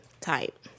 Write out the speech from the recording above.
type